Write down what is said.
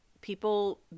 people